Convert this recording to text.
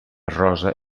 rosa